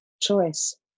choice